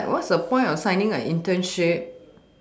it's like what's the point of signing an internship